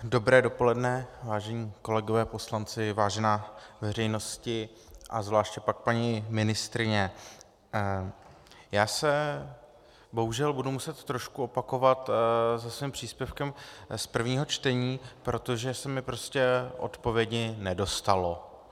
Dobré dopoledne, vážení kolegové poslanci, vážená veřejnosti a zvláště pak paní ministryně, bohužel se budu muset trošku opakovat se svým příspěvkem z prvního čtení, protože se mi prostě odpovědi nedostalo.